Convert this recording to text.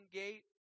gate